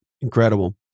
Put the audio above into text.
Incredible